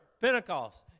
Pentecost